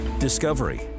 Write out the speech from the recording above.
Discovery